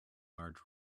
large